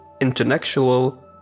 intellectual